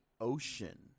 ocean